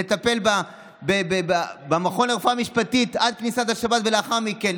לטפל במכון לרפואה משפטית עד כניסת השבת ולאחר מכן.